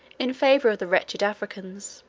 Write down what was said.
in favour of the wretched africans